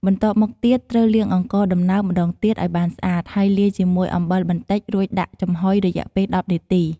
បន្ទាប់មកទៀតត្រូវលាងអង្ករដំណើបម្តងទៀតឲ្យបានស្អាត ហើយលាយជាមួយអំបិលបន្តិចរួចដាក់ចំហ៊ុយរយៈពេល ១០នាទី។